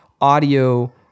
audio